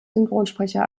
synchronsprecher